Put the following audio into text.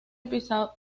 episodio